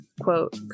Quote